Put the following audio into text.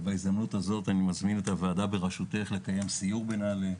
בהזדמנות זו אני מזמין את הוועדה ברשותך לקיים סיור בנעל"ה,